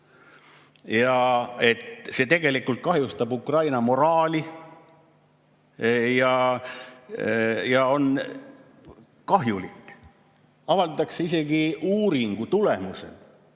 et see tegelikult kahjustab Ukraina moraali ja on kahjulik. Avaldatakse isegi uuringu tulemused: